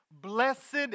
Blessed